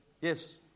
Yes